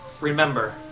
remember